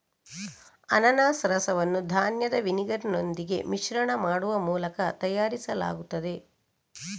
ಅನಾನಸ್ ರಸವನ್ನು ಧಾನ್ಯದ ವಿನೆಗರಿನೊಂದಿಗೆ ಮಿಶ್ರಣ ಮಾಡುವ ಮೂಲಕ ತಯಾರಿಸಲಾಗುತ್ತದೆ